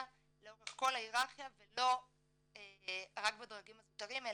לאורך כל ההיררכיה ולא רק בדרגים הזוטרים,